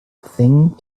thing